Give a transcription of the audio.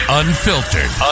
unfiltered